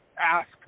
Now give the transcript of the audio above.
ask